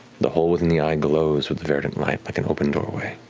the hole within the eye glows with verdant light like an open doorway.